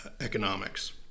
economics